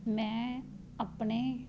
ਮੈਂ ਆਪਣੇ